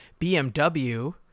bmw